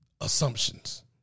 assumptions